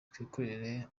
twikorera